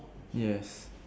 yes